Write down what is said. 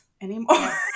anymore